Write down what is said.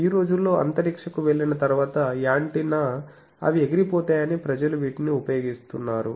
ఈ రోజుల్లో అంతరిక్ష కు వెళ్లిన తర్వాత యాంటెన్నా అవి ఎగిరిపోతాయని ప్రజలు వీటిని ఉపయోగిస్తున్నారు